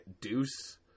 Deuce